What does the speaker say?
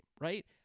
right